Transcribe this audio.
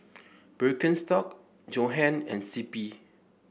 Birkenstock Johan and C P